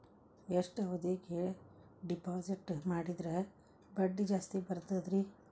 ಎಷ್ಟು ಅವಧಿಗೆ ಡಿಪಾಜಿಟ್ ಮಾಡಿದ್ರ ಬಡ್ಡಿ ಜಾಸ್ತಿ ಬರ್ತದ್ರಿ?